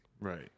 Right